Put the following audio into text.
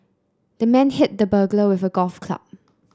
the man hit the burglar with a golf club